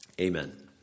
amen